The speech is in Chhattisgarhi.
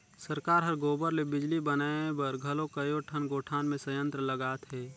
सरकार हर गोबर ले बिजली बनाए बर घलो कयोठन गोठान मे संयंत्र लगात हे